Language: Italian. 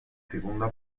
seconda